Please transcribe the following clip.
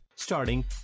Starting